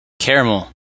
Caramel